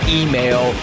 email